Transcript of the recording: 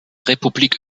republik